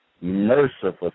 merciful